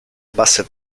basse